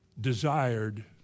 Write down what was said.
desired